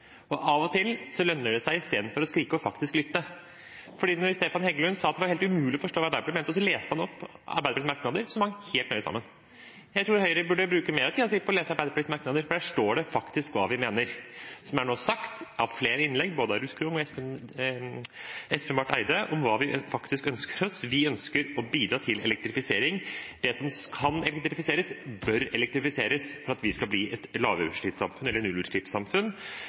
så leste han opp Arbeiderpartiets merknader, som henger helt nøye sammen. Jeg tror Høyre burde bruke mer av tiden sin på å lese Arbeiderpartiets merknader, for der står det faktisk hva vi mener, som nå er sagt i flere innlegg, både av Ruth Grung og Espen Barth Eide, om hva vi faktisk ønsker oss. Vi ønsker å bidra til elektrifisering. Det som kan elektrifiseres, bør elektrifiseres for at vi skal bli et lavutslippssamfunn, eller et nullutslippssamfunn.